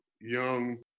young